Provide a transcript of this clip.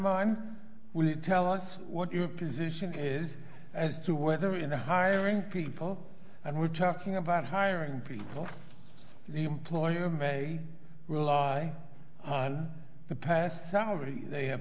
mind when you tell us what your position is as to whether in the hiring people and we're talking about hiring people the employer may rely on the past salary they have